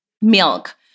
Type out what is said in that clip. Milk